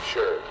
Sure